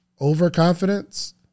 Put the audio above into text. Overconfidence